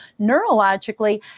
neurologically